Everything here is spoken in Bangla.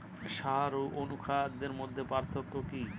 সার ও অনুখাদ্যের মধ্যে পার্থক্য কি?